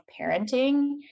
parenting